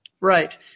Right